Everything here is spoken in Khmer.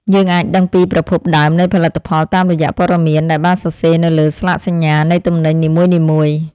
យើងអាចដឹងពីប្រភពដើមនៃផលិតផលតាមរយៈព័ត៌មានដែលបានសរសេរនៅលើស្លាកសញ្ញានៃទំនិញនីមួយៗ។